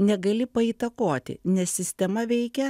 negali paįtakoti nes sistema veikia